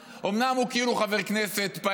למה אתה חושב שחבר הכנסת שמולי,